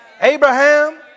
Abraham